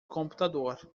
computador